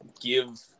give